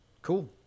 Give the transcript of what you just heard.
cool